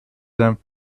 them